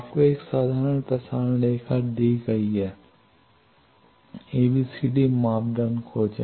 आपको एक साधारण प्रसारण रेखा दी गई है एबीसीडी मापदंड खोजें